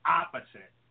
opposite